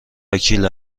وکیل